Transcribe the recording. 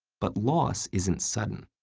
but loss isn't sudden.